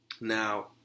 now